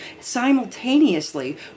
Simultaneously